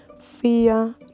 fear